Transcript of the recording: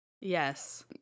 Yes